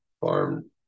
Farm